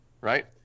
right